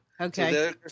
Okay